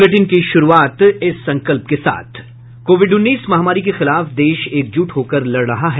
bulletin की शुरूआत से पहले ये संकल्प कोविड उन्नीस महामारी के खिलाफ देश एकजुट होकर लड़ रहा है